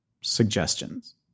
suggestions